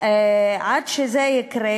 עד שזה יקרה,